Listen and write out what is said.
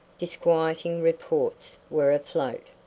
disquieting reports were afloat.